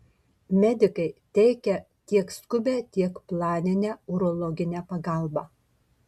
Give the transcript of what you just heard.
medikai teikia tiek skubią tiek planinę urologinę pagalbą